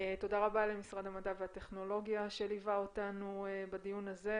תודה רבה למשרד המדע והטכנולוגיה שליווה אותנו בדיון הזה,